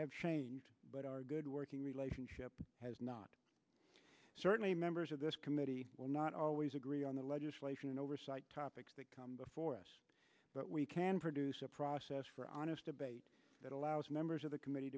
have changed but our good working relationship has not certainly members of this committee will not always agree on the legislation and oversight topics that come before us but we can produce a process for honest debate that allows members of the committee